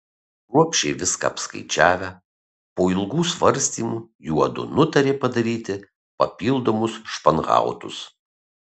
kruopščiai viską apskaičiavę po ilgų svarstymų juodu nutarė padaryti papildomus španhautus